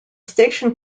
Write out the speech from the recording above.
station